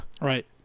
right